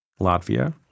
Latvia